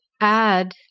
add